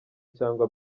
cyangwa